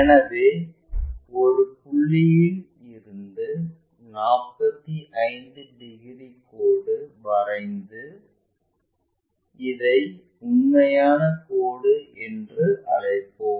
எனவே ஒரு புள்ளியில் இருந்து 45 டிகிரி கோடு வரைந்து இதை உண்மையான கோடு என்று அழைப்போம்